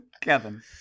Kevin